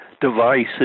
devices